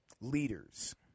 leaders